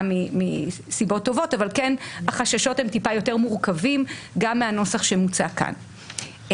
מסיבות טובות אבל כן החששות הם טיפה יותר מורכבים גם מהנוסח שמוצע כאן.